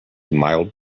mild